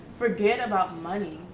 forget about money,